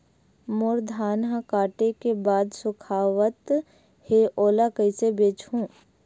मोर धान ह काटे के बाद सुखावत हे ओला कइसे बेचहु?